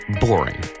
boring